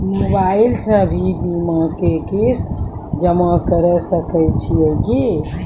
Mobile से भी बीमा के किस्त जमा करै सकैय छियै कि?